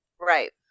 Right